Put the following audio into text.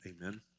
Amen